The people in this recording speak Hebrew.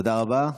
תודה רבה.